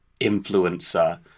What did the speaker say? influencer